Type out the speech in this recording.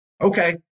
Okay